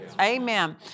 Amen